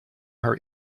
her